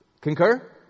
Concur